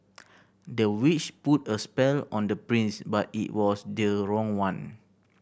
the witch put a spell on the prince but it was the wrong one